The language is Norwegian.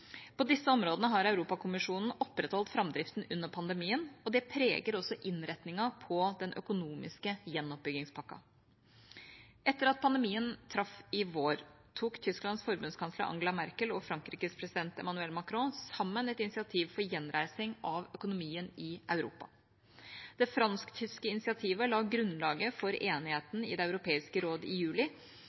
På disse områdene har Europakommisjonen opprettholdt framdriften under pandemien, og det preger også innretningen på den økonomiske gjenoppbyggingspakka. Etter at pandemien traff i vår, tok Tysklands forbundskansler Angela Merkel og Frankrikes president Emmanuel Macron sammen et initiativ for gjenreising av økonomien i Europa. Det fransk-tyske initiativet la grunnlaget for enigheten i Det europeiske råd i juli